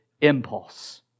impulse